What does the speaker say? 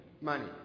money